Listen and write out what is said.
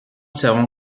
servent